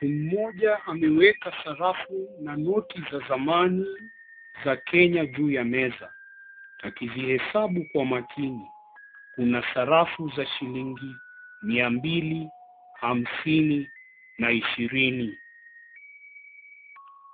Mtu mmoja ameweka sarafu na noti za zamani za Kenya juu ya meza, akizihesabu kwa makini. Kuna sarafu za shilingi mia mbili, hamsini, na ishirini.